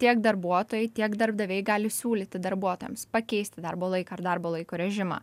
tiek darbuotojai tiek darbdaviai gali siūlyti darbuotojams pakeisti darbo laiką ar darbo laiko režimą